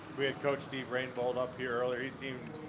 we had coach steve rainbolt up here earlier. he seemed